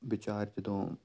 ਵਿਚਾਰ ਜਦੋਂ